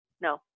no